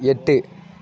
எட்டு